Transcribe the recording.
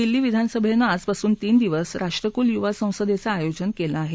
दिल्ली विधानसभेनं आजपासून तीन दिवस राष्ट्रकुल युवा संसदेचं आयोजन केलं आहे